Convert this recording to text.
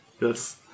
yes